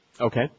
Okay